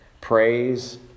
Praise